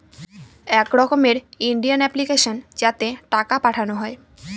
এক রকমের Indian application যাতে টাকা পাঠানো হয়